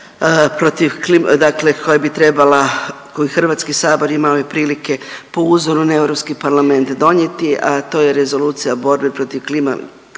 koju HS imao je prilike po uzoru na Europski parlament donijeti, a to je Rezolucija borbe protiv klimatskih